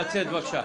לצאת בבקשה.